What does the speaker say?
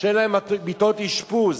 שאין להם מיטות אשפוז,